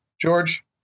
George